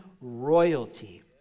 royalty